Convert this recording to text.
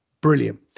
Brilliant